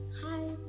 hi